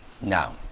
Now